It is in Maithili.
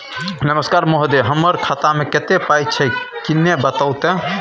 नमस्कार महोदय, हमर खाता मे कत्ते पाई छै किन्ने बताऊ त?